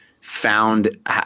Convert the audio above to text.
found